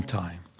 time